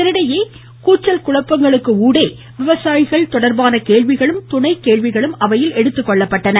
இதனிடையே கூச்சல் குழப்பங்களுக்கு இடையே விவசாயிகள் தொடர்பான கேள்விகளும் துணை கேள்விகளும் அவையில் எடுத்துக்கொள்ளப்பட்டன